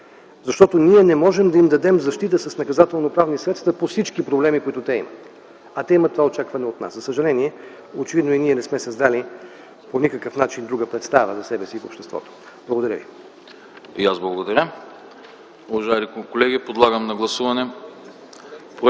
Защото ние не можем да им дадем защита с наказателноправни средства по всички проблеми, които те имат, а те имат това очакване от нас. За съжаление очевидно и ние не сме създали по никакъв начин друга представа за себе си в обществото. Благодаря ви. ПРЕДСЕДАТЕЛ АНАСТАС АНАСТАСОВ: И аз благодаря. Уважаеми колеги, подлагам на гласуване